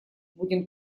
будем